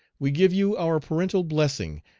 we give you our parental blessing,